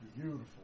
beautiful